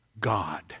God